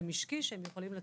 חינוכי של